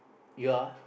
you are